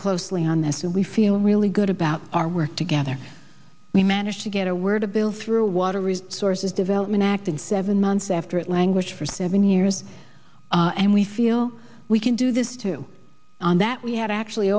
closely on this and we feel really good about our work together we managed to get a word a bill through water resources development act in seven months after it languished for seven years and we feel we can do this too and that we had actually